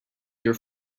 your